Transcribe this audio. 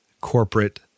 corporate